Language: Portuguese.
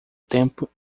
tempo